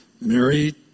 Mary